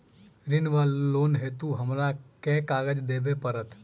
ऋण वा लोन हेतु हमरा केँ कागज देबै पड़त?